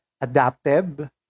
adaptive